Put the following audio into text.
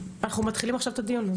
אנחנו מתחילים עכשיו את הדיון,